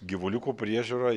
gyvuliukų priežiūra